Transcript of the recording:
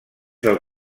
del